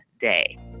day